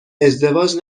ازدواج